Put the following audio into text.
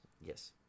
Yes